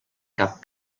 cap